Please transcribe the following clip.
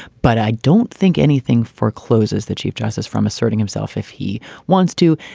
but i don't think anything forecloses the chief justice from asserting himself if he wants to.